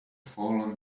fallen